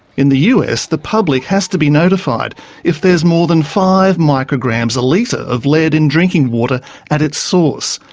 in the us, the public has to be notified if there's more than five micrograms a litre of lead in drinking water at its source,